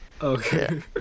okay